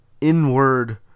inward